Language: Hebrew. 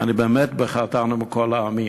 ובאמת "בחרתנו מכל העמים",